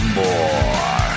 more